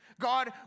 God